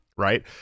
right